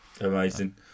Amazing